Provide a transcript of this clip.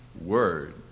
word